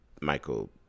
Michael